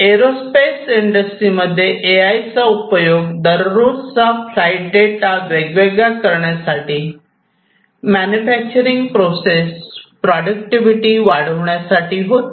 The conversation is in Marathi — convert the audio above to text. एरोस्पेस इंडस्ट्रीमध्ये ए आय चा उपयोग दररोजचा फ्लाईट डेटा वेगवेगळा करण्यासाठी मॅन्युफॅक्चरिंग प्रोसेस प्रॉटडक्टिविटी वाढवण्यासाठी होतो